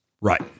Right